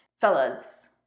Fellas